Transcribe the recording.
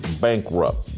bankrupt